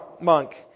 monk